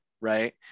right